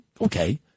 okay